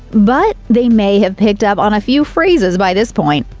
but they may have picked up on a few phrases by this point.